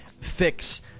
fix